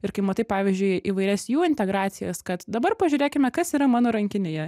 ir kai matai pavyzdžiui įvairias jų integracijas kad dabar pažiūrėkime kas yra mano rankinėje